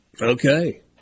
Okay